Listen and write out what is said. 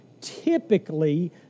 typically